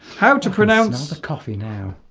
how to pronounce coffee now